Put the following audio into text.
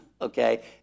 okay